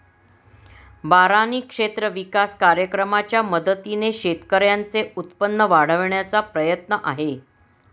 बारानी क्षेत्र विकास कार्यक्रमाच्या मदतीने शेतकऱ्यांचे उत्पन्न वाढविण्याचा प्रयत्न आहे